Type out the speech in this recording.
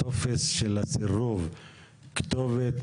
לטופס של הסירוב כתובת,